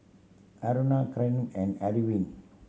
Aruna Kiran and add wind